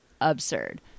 absurd